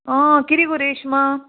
आं किदें गो रेश्मा